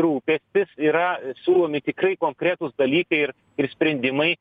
rūpestis yra siūlomi tikrai konkretūs dalykai ir ir sprendimai